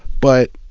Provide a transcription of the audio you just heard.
but